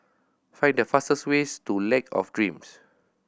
find the fastest ways to Lake of Dreams